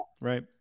right